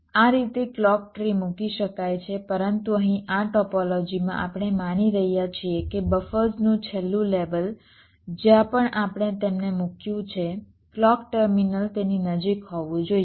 આ રીતે clock tree મૂકી શકાય છે પરંતુ અહીં આ ટોપોલોજીમાં આપણે માની રહ્યા છીએ કે બફર્સનું છેલ્લું લેવલ જ્યાં પણ આપણે તેમને મૂક્યું છે ક્લૉક ટર્મિનલ તેની નજીક હોવું જોઈએ